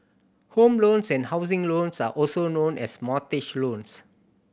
home loans and housing loans are also known as mortgage loans